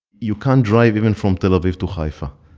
you can't drive even from tel aviv to haifa,